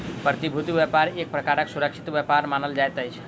प्रतिभूति व्यापार एक प्रकारक सुरक्षित व्यापार मानल जाइत अछि